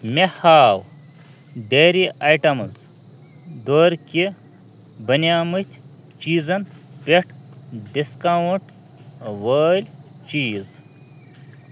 مےٚ ہاو dairy items دورکہِ بَنیمٕتۍ چیٖزَن پٮ۪ٹھ ڈِسکاوُنٛٹ وٲلۍ چیٖز